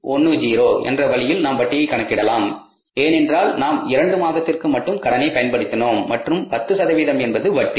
10 என்ற வழியில் நாம் வட்டியை கணக்கிடலாம் ஏனென்றால் நாம் இரண்டு மாதத்திற்கு மட்டும் கடனை பயன்படுத்தினோம் மற்றும் 10 என்பது வட்டி